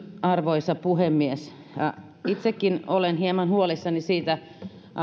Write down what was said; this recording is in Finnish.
arvoisa puhemies itsekin olen hieman huolissani siitä